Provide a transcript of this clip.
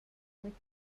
võid